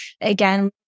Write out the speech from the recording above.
again